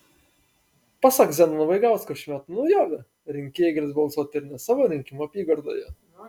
pasak zenono vaigausko šių metų naujovė rinkėjai galės balsuoti ir ne savo rinkimų apygardoje